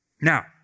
Now